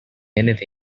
anything